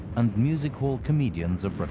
and music hall comedians of but